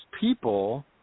people